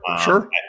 Sure